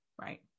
right